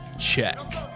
check.